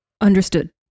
Understood